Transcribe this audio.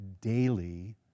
daily